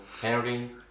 Henry